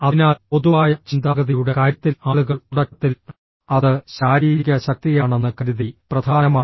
അതിനാൽ പൊതുവായ ചിന്താഗതിയുടെ കാര്യത്തിൽ ആളുകൾ തുടക്കത്തിൽ അത് ശാരീരിക ശക്തിയാണെന്ന് കരുതി പ്രധാനമാണ്